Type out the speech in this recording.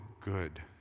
good